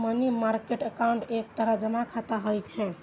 money market account एक तरह जमा खाता होइ छै